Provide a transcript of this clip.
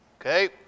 okay